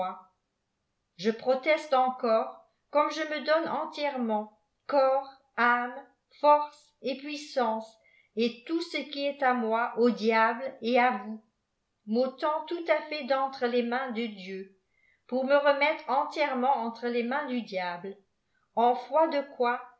je proteste encore comme je me donne entièrement corps âm force et puissance et tout ce qui est à moi jau diable et à vous m'ôtant tout à fait d'entre les mains de dieu pour me remettre entièrement entre tes mains du diable en foi de quoi